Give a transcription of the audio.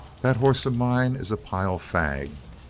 that hoss of mine is a pile fagged.